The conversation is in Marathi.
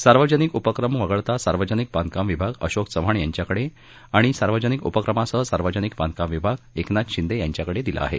सार्वजनिक उपक्रम वगळून सार्वजनिक बांधकाम विभाग अशोक चव्हाण यांच्याकडे आणि सार्वजनिक उपक्रमासह सार्वजनिक बांधकाम विभाग एकनाथ शिंदे यांच्याकडे दिला आहे